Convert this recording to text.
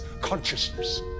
consciousness